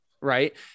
right